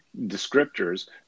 descriptors